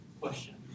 question